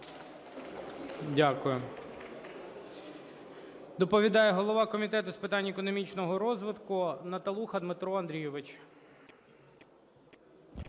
Дякую. Доповідає голова Комітету з питань економічного розвитку Наталуха Дмитро Андрійович.